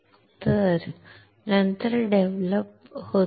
तर नंतर डेव्हलप होत आहे